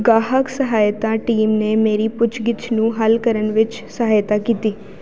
ਗਾਹਕ ਸਹਾਇਤਾ ਟੀਮ ਨੇ ਮੇਰੀ ਪੁੱਛਗਿੱਛ ਨੂੰ ਹੱਲ ਕਰਨ ਵਿੱਚ ਸਹਾਇਤਾ ਕੀਤੀ